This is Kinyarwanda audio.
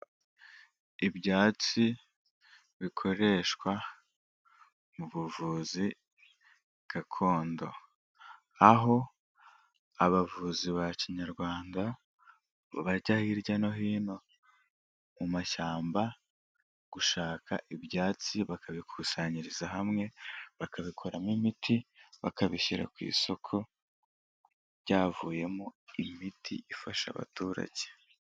Ibyatsi bikoreshwa mu buvuzi gakondo, aho abavuzi ba kinyarwanda bajya hirya no hino mu mashyamba gushaka ibyatsi bakabikusanyiriza hamwe bakabikoramo imiti, bakabishyira ku isoko byavuyemo imiti ifasha abaturage.